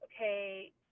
okay